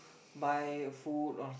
buy food also